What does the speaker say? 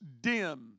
dim